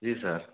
जी sir